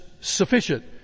sufficient